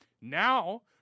now